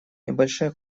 небольшая